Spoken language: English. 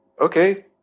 okay